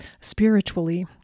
spiritually